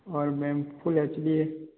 और ma'am full H D है